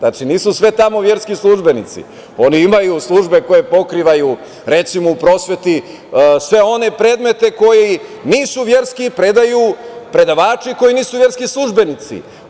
Nisu sve tamo verski službenici, oni imaju službe koje pokrivaju, recimo, u prosveti sve one predmete koji nisu verski i predaju predavači koji nisu verski službenici.